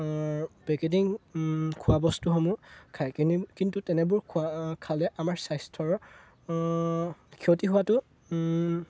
packeting খোৱা বস্তুসমূহ খায় কিন্তু তেনেবোৰ খোৱা খালে আমাৰ স্বাস্থ্যৰ ক্ষতি হোৱাটো